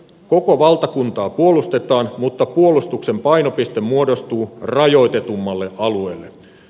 koko valtakuntaa puolustetaan mutta puolustuksen painopiste muodostuu rajoitetummalle alueelle